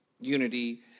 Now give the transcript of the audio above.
unity